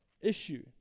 issue